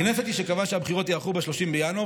הכנסת היא שקבעה שהבחירות ייערכו ב-30 בינואר,